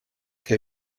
que